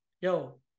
yo